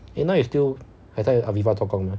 eh now you still 还在 Aviva 做工吗